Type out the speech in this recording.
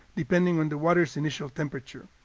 depending on the water's initial temperature.